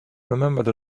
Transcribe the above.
remembered